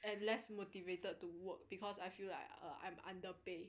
and less motivated to work because I feel like uh I'm underpaid